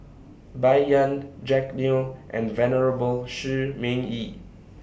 Bai Yan Jack Neo and Venerable Shi Ming Yi